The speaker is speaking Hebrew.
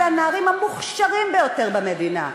אלה הנערים המוכשרים ביותר במדינה.